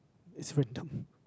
it's random